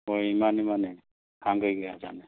ꯍꯣꯏ ꯃꯥꯅꯦ ꯃꯥꯅꯦ ꯊꯥꯡꯒꯒꯤ ꯑꯖꯥꯗꯅꯦ